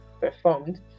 performed